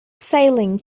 sailing